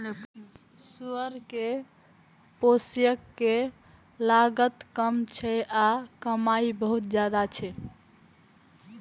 सुअर कें पोसय के लागत कम छै आ कमाइ बहुत ज्यादा छै